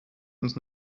uns